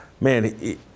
man